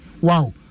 Wow